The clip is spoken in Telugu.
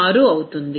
06 అవుతుంది